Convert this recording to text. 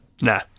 Nah